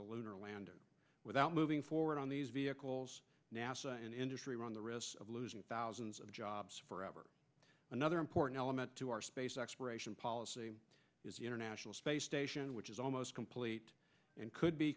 the lunar lander without moon forward on these vehicles nasa and industry run the risk of losing thousands of jobs forever another important element to our space exploration policy is the international space station which is almost complete and could be